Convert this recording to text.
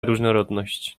różnorodność